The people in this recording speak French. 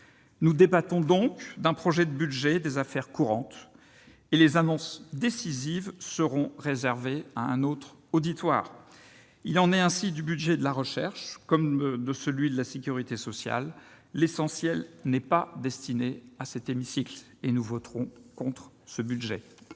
nous débattons donc d'un projet de budget des affaires courantes, les annonces décisives étant réservées à un autre auditoire. Il en va du budget de la recherche comme de celui de la sécurité sociale : l'essentiel n'est pas destiné à cet hémicycle ... Nous voterons contre ces crédits